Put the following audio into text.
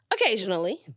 occasionally